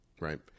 right